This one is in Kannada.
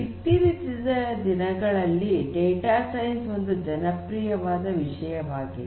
ಇತ್ತೀಚಿನ ದಿನಗಳಲ್ಲಿ ಡೇಟಾ ಸೈನ್ಸ್ ಒಂದು ಜನಪ್ರಿಯವಾದ ವಿಷಯವಾಗಿದೆ